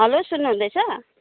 hello सुन्नुहुँदैछ